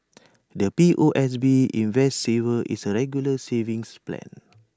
the P O S B invest saver is A regular savings plan